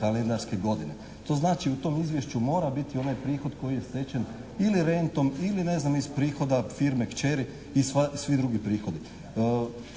kalendarske godine. To znači u tom izvješću mora biti onaj prihod koji je stečen ili rentom ili ne znam iz prihoda firme kćeri i svi drugih prihodi.